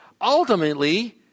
ultimately